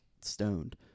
stoned